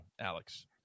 Alex